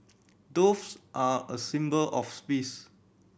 doves are a symbol of